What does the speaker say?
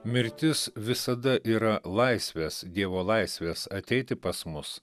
mirtis visada yra laisvės dievo laisvės ateiti pas mus